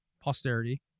posterity